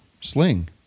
sling